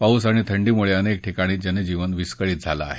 पाऊस आणि थंडीमुळे अनेक ठिकाणी जनजीवन विस्कळीत झालं आहे